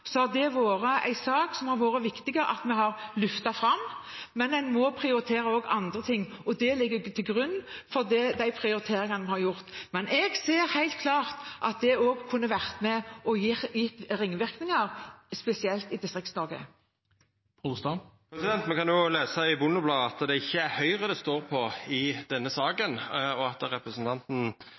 fram, men vi må også prioritere andre ting. Det ligger til grunn for de prioriteringene vi har gjort. Men jeg ser helt klart at det også kunne vært med og gitt ringvirkninger, spesielt i Distrikts-Norge. Me kan lesa i Bondebladet at det ikkje er Høgre det står på i denne saka, og at representanten